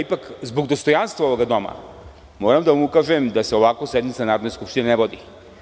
Ipak zbog dostojanstva ovog doma moram da vam ukažem da se ovako sednica Narodne skupštine ne vodi.